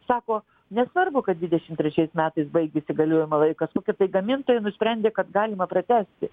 sako nesvarbu kad dvidešimt trečiais metais baigėsi galiojimo laikas nu kad gamintojai nusprendė kad galima pratęsti